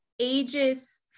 ages